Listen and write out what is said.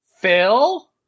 Phil